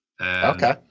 okay